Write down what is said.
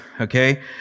Okay